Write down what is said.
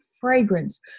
fragrance